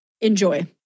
Enjoy